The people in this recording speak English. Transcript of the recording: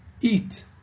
eat